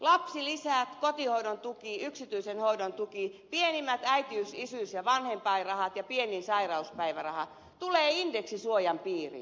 lapsilisät kotihoidon tuki yksityisen hoidon tuki pienimmät äitiys isyys ja vanhem painrahat ja pienin sairauspäiväraha tulevat indeksisuojan piiriin